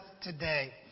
today